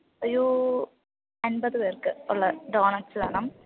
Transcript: ഒരു അൻപത് പേർക്ക് ഉള്ള ഡോണറ്റ്സ് വേണം